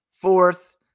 fourth